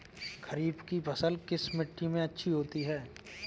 खरीफ की फसल किस मिट्टी में अच्छी होती है?